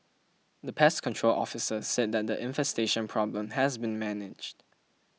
the pest control officer said that the infestation problem has been managed